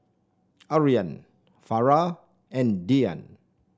Aryan Farah and Dian